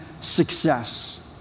success